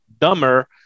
dumber